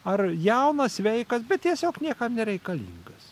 ar jaunas sveikas bet tiesiog niekam nereikalingas